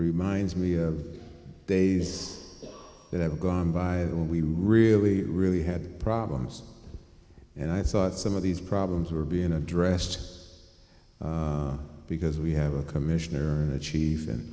reminds me of days that have gone by when we really really had problems and i thought some of these problems were being addressed because we have a commissioner and the chief and